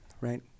Right